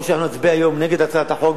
או שאנחנו נצביע היום נגד הצעת החוק,